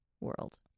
world